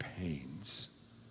pains